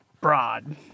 broad